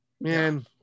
Man